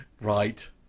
Right